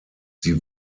sie